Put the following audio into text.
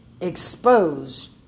exposed